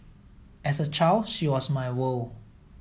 as a child she was my world